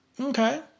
Okay